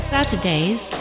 Saturdays